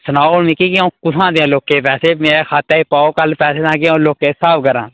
सनाओ मिगी आ'ऊं कुत्थुआं देआ लोकें गी पैसे मेरे खाते च पाओ कल पैसे ताईं कि आ'ऊं लोकें स्हाब करां